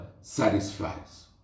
satisfies